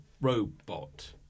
robot